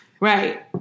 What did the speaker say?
Right